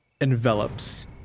envelops